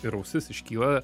ir ausis iškyla